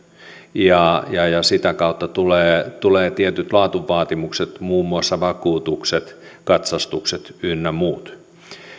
ja ja sitä kautta tulevat tietyt laatuvaatimukset muun muassa vakuutukset katsastukset ynnä muut